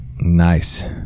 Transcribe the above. Nice